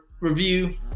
review